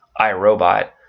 iRobot